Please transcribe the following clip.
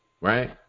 right